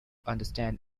understand